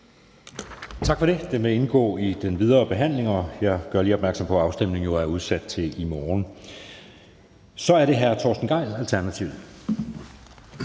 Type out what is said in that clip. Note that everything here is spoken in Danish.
Tak for det. Det vil indgå i den videre forhandling, og jeg gør lige opmærksom på, at afstemningen jo er udsat til i morgen. Så er det hr. Torsten Gejl, Alternativet.